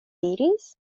diris